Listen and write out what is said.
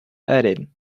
added